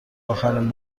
آخرین